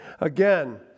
Again